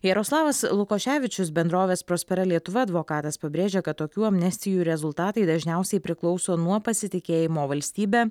jaroslavas lukoševičius bendrovės prospera lietuva advokatas pabrėžia kad tokių amnestijų rezultatai dažniausiai priklauso nuo pasitikėjimo valstybe